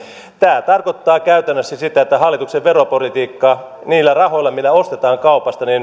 tämä tarkoittaa käytännössä sitä että hallituksen veropolitiikka niiden rahojen suhteen millä ostetaan kaupasta